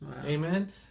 Amen